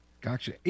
Gotcha